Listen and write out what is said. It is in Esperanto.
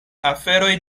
aferoj